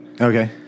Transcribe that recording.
Okay